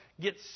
get